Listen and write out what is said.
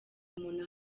umuntu